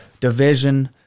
Division